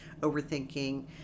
overthinking